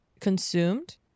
consumed